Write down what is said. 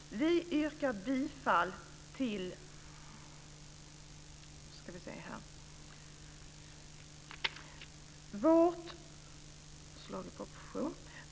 Fru talman! Vi yrkar bifall till följande.